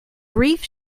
grief